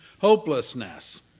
hopelessness